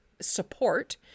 support